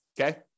Okay